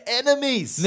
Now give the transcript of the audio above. enemies